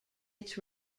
its